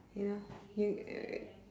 you know you